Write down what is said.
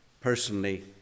Personally